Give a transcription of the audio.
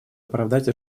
оправдать